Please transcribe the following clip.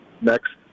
next